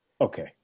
Okay